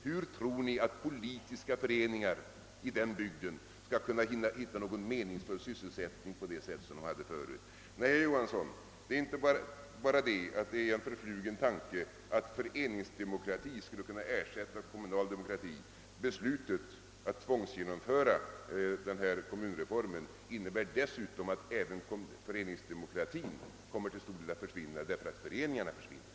Hur tror ni att politiska föreningar i den bygden skall kunna finna någon meningsfull sysselsättning på det sätt de hade förut? Nej, herr Johansson i Trollhättan, det är inte bara en förflugen tanke, att föreningsdemokrati skulle kunna ersätta kommunal demokrati. Beslutet att tvångsgenomföra denna kommunreform innebär dessutom att även föreningsdemokratin till stor del kommer att försvinna, därför att föreningarna försvinner.